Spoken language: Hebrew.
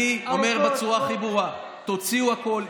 אני אומר בצורה הכי ברורה: תוציאו הכול,